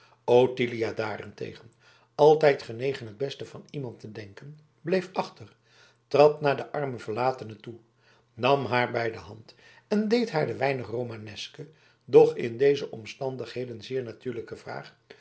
ottilia daarentegen altijd genegen het beste van iemand te denken bleef achter trad naar de arme verlatene toe nam haar bij de hand en deed haar de weinig romaneske doch in deze omstandigheden zeer natuurlijke vraag